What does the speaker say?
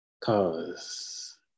Cause